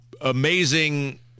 amazing